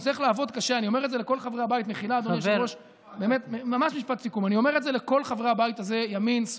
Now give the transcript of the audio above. צריך לומר ביושר שבעניין הזה פנו אליי מתנועת אם